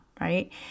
right